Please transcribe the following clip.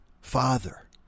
Father